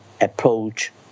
approach